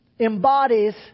embodies